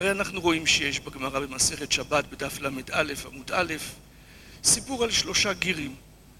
ואנחנו רואים שיש בגמרא במסכת שבת בדף ל"א, עמוד א', סיפור על שלושה גרים.